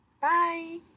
Bye